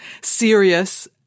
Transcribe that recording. serious